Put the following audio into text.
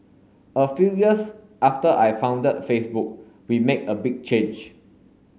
a few years after I founded Facebook we made a big change